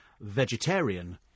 vegetarian